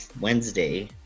Wednesday